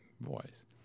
voice